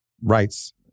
rights